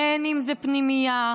בין שזה פנימייה,